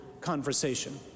conversation